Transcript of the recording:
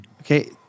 Okay